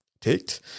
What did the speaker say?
ticked